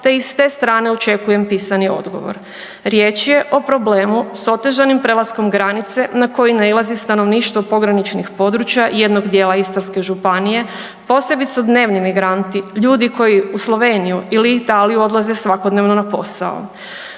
te i s te strane očekujem pisani odgovor. Riječ je o problemu s otežanim prelaskom granice na koji nailazi stanovništvo pograničnih područja jednog djela Istarske županije, posebice dnevni migranti, ljudi koji u Sloveniji ili Italiju odlaze svakodnevno na posao.